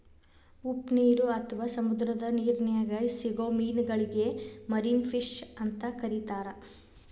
ಉಪ್ಪನೇರು ಅತ್ವಾ ಸಮುದ್ರದ ನಿರ್ನ್ಯಾಗ್ ಸಿಗೋ ಮೇನಗಳಿಗೆ ಮರಿನ್ ಫಿಶ್ ಅಂತ ಕರೇತಾರ